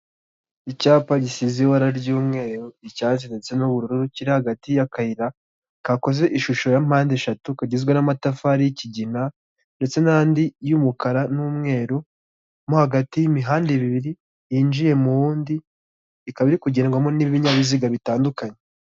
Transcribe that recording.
Icyapa gisize ibara ry'umweru icyatsi ndetse n'ubururu kiri hagati y'akayira kakoze ishusho ya mpande eshatu kagizwe n'amatafari y'ikigina ndetse n'andi y'umukara n'umweru, mo hagati y'imihanda ibiri yinjiye mu wundi ikaba iri kugerwamo n'ibinyabiziga bitandukanye.